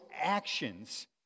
actions